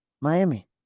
Miami